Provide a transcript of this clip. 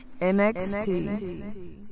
NXT